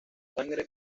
sangre